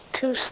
Two